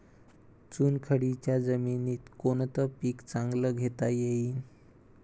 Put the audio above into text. चुनखडीच्या जमीनीत कोनतं पीक चांगलं घेता येईन?